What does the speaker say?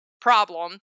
problem